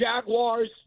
Jaguars